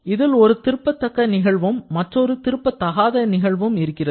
இதில் ஒரு திருப்பத்தக்க நிகழ்வும் மற்றொரு திருப்பத்தகாத நிகழ்வும் இருக்கிறது